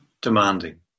demanding